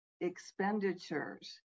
expenditures